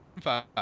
five